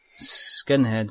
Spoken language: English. Skinheads